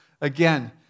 again